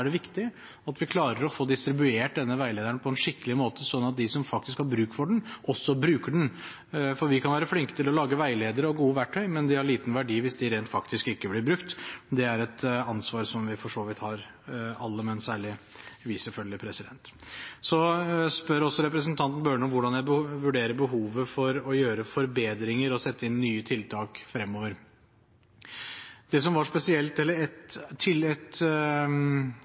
klarer å få distribuert denne veilederen på en skikkelig måte, slik at de som har bruk for den, også bruker den. Vi kan være flinke til å lage veiledere og gode verktøy, men disse har liten verdi hvis de rent faktisk ikke blir brukt. Det er et ansvar som vi alle for så vidt har, men særlig vi, selvfølgelig. Representanten Bøhler spør også om hvordan jeg vurderer behovet for å gjøre forbedringer og sette inn nye tiltak fremover. Et spesielt punkt til i denne handlingsplanen er at vi bevisst har gjort den dynamisk, at det